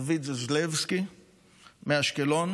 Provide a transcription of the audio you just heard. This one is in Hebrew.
דוד זסלבסקי מאשקלון.